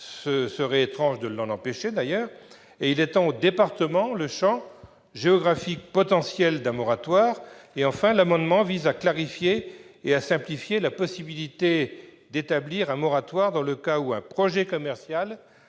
d'ailleurs étrange de l'en empêcher ! Il vise à étendre au département le champ géographique potentiel d'un moratoire. Enfin, il a pour objet de clarifier et de simplifier la possibilité d'établir un moratoire dans le cas où un projet commercial